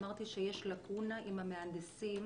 אמרתי שיש לקונה עם המהנדסים,